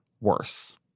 worse